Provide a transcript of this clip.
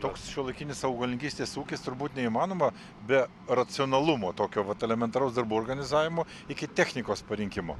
toks šiuolaikinis augalininkystės ūkis turbūt neįmanoma be racionalumo tokio vat elementaraus darbų organizavimo iki technikos parinkimo